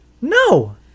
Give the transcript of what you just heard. no